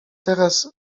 teraz